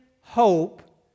hope